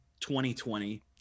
2020